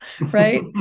right